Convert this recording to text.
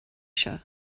seo